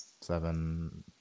seven